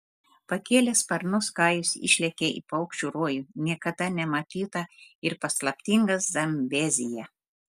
pakėlęs sparnus kajus išlekia į paukščių rojų niekada nematytą ir paslaptingą zambeziją